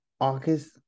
August